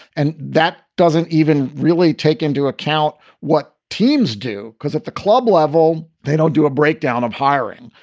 and that doesn't even really take into account what teams do, because at the club level, they don't do a breakdown of hiring.